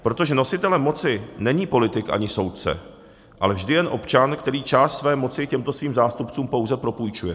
Protože nositelem moci není politik ani soudce, ale vždy jen občan, který část své moci těmto svým zástupcům pouze propůjčuje.